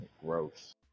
Gross